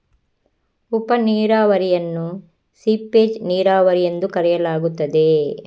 ಉಪ ನೀರಾವರಿಯನ್ನು ಸೀಪೇಜ್ ನೀರಾವರಿ ಎಂದೂ ಕರೆಯಲಾಗುತ್ತದೆ